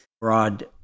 broad